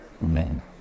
Man